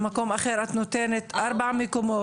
במקום אחר את נותנת 4 נקודות,